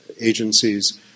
agencies